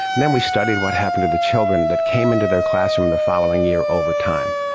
and then we studied what happened to the children that came into their classroom the following year over time,